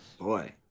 Boy